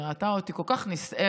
היא ראתה אותי כל כך נסערת,